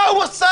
מה הוא עשה?